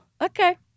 Okay